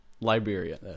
Liberia